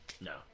No